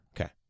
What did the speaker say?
Okay